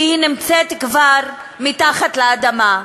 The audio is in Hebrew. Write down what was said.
כי היא נמצאת כבר מתחת לאדמה,